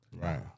Right